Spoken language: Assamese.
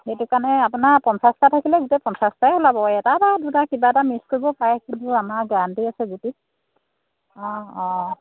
সেইটো কাৰণে আপোনাৰ পঞ্চাছটা থাকিলে গোটেই পঞ্চাছটাই ওলাব এটা বা দুটা কিবা এটা মিস্ক কৰিব পাৰে কিন্তু আমাৰ গেৰাণ্টি আছে গুটিত অঁ অঁ